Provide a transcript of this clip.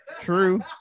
True